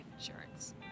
insurance